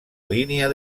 línia